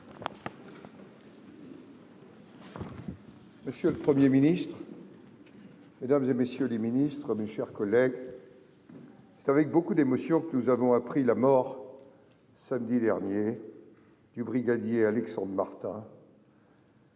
Monsieur le Premier ministre, mesdames, messieurs les ministres, mes chers collègues, c'est avec beaucoup d'émotion que nous avons appris la mort, samedi dernier, du brigadier Alexandre Martin,